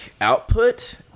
output